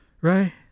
right